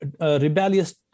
rebellious